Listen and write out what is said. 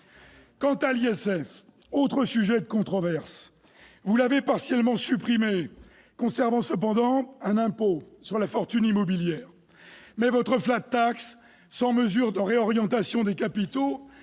Quant à l'ISF, autre sujet de controverse, vous l'avez partiellement supprimé, conservant cependant un impôt sur la fortune immobilière. Mais votre sans mesure de réorientation des capitaux,